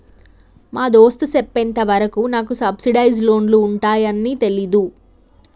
మా దోస్త్ సెప్పెంత వరకు నాకు సబ్సిడైజ్ లోన్లు ఉంటాయాన్ని తెలీదు